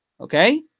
okay